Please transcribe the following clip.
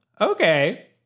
Okay